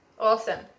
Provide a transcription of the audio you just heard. awesome